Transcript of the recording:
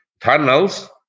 tunnels